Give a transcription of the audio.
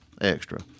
extra